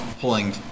Pulling